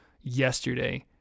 yesterday